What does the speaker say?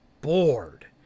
bored